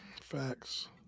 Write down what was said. Facts